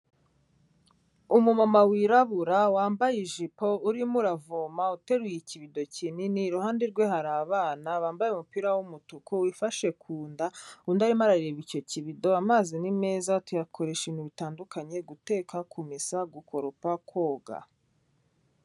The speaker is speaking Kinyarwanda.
Umumama wirabura wambaye ijipo urimo uravoma uteruye ikibedo kinini, iruhande rwe hari abana bambaye umupira w'umutuku wifashe ku nda, undi arimo arareba icyo kibido, amazi ni meza tuyakoresha ibintu bitandukanye guteka, kumesa, gukoropa, koga.